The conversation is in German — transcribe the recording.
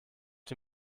die